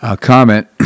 comment